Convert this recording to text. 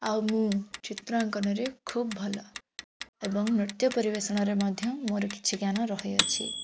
ଆଉ ମୁଁ ଚିତ୍ରାଙ୍କନରେ ଖୁବ୍ ଭଲ ଏବଂ ନୃତ୍ୟ ପରିବେଷଣରେ ମଧ୍ୟ ମୋର କିଛି ଜ୍ଞାନ ରହିଅଛି